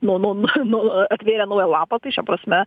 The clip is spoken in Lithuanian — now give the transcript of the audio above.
nuo nu nu nu atvėrę naują lapą tai šia prasme